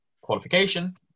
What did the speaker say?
qualification